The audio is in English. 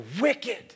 wicked